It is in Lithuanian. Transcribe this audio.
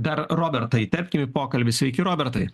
dar robertą įterpkim į pokalbį sveiki robertai